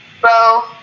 bro